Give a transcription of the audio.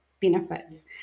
benefits